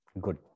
Good